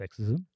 sexism